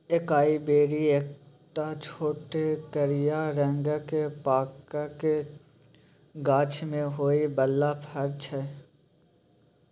एकाइ बेरी एकटा छोट करिया रंगक पामक गाछ मे होइ बला फर छै